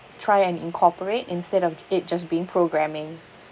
try and incorporate instead of it just being programming